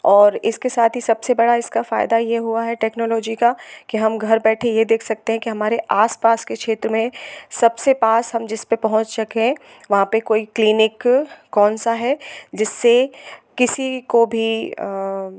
और इसके साथ ही सबसे बड़ा इसका फ़ायदा ये हुआ है टेक्नोलॉजी का कि हम घर बैठे ये देख सकते हैं कि हमारे आस पास के क्षेत्र में सबसे पास हम जिस पे पहुँच सकें वहाँ पे कोई क्लिनिक कौनसा है जिससे किसी को भी